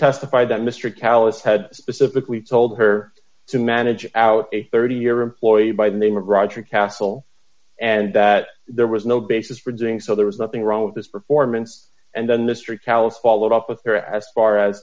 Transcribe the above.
testified that mr callus had specifically told her to manage out a thirty year employed by the name of roger castle and that there was no basis for doing so there was nothing wrong with this performance and then the strict house while up with her as far as